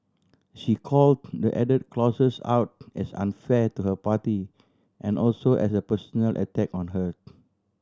she call the added clauses out as unfair to her party and also as a personal attack on her